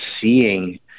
seeing